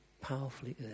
powerfully